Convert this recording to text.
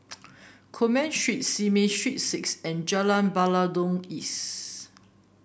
Coleman Street Simei Street Six and Jalan Batalong East